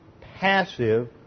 passive